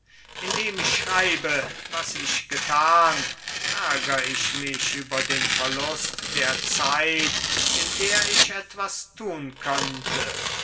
indem ich schreibe was ich getan ärger ich mich über den verlust der zeit in der ich etwas tun könnte